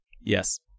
yes